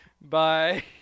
Bye